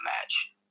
match